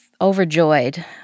overjoyed